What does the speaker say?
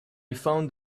found